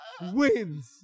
wins